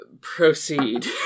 proceed